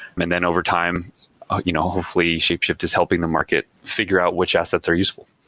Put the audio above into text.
and then over time you know hopefully shapeshifter is helping the market figure out which assets are useful.